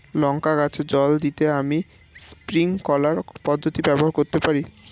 লঙ্কা গাছে জল দিতে আমি স্প্রিংকলার পদ্ধতি ব্যবহার করতে পারি?